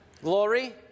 glory